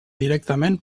directament